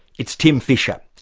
it's tim fischer.